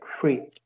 free